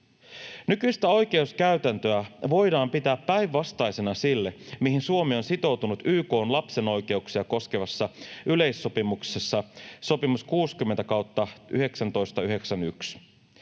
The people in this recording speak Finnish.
Nykyistä oikeuskäytäntöä voidaan pitää päinvastaisena sille, mihin Suomi on sitoutunut YK:n lapsen oikeuksia koskevassa yleissopimuksessa, sopimus 60/1991.